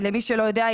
למי שלא יודע,